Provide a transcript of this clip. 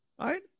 Right